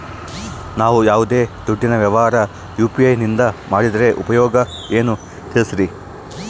ನಾವು ಯಾವ್ದೇ ದುಡ್ಡಿನ ವ್ಯವಹಾರ ಯು.ಪಿ.ಐ ನಿಂದ ಮಾಡಿದ್ರೆ ಉಪಯೋಗ ಏನು ತಿಳಿಸ್ರಿ?